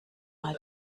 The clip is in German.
mal